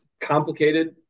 complicated